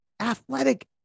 athletic